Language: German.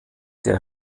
der